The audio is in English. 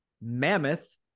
mammoth